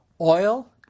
oil